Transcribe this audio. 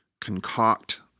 concoct